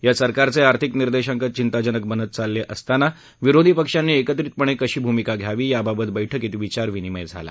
या सरकारचे आर्थिक निर्देशांक चिंताजनक बनत चालले असताना विरोधी पक्षांनी एकत्रितपणे कशी भूमिका घ्यावी याबाबत बैठकीत विचार विनिमय झाला